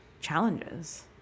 challenges